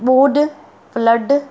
ॿोॾ flood